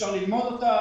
אפשר ללמוד אותה.